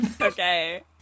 Okay